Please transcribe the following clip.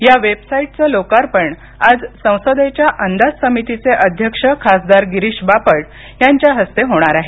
या वेबसाईटचं लोकार्पण आज संसदेच्या अंदाज समितीचे अध्यक्ष खासदार गिरीश बापट यांच्या हस्ते होणार आहे